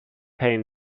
pain